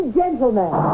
gentlemen